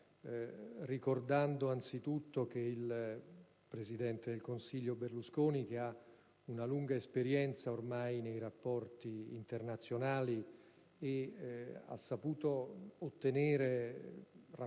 ricordando anzitutto che il presidente del Consiglio Berlusconi ha ormai una lunga esperienza nei rapporti internazionali e ha saputo ottenere rapporti